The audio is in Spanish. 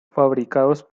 fabricados